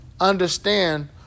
understand